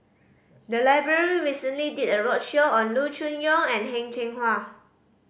the library recently did a roadshow on Loo Choon Yong and Heng Cheng Hwa